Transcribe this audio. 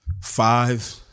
five